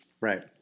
right